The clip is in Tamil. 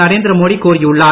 நரேந்திரமோடி கூறியுள்ளார்